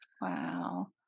wow